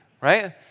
right